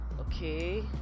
Okay